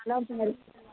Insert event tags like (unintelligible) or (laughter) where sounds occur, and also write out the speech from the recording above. (unintelligible)